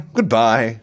Goodbye